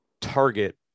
target